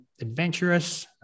adventurous